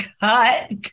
cut